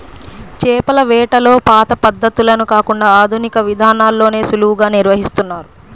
చేపల వేటలో పాత పద్ధతులను కాకుండా ఆధునిక విధానాల్లోనే సులువుగా నిర్వహిస్తున్నారు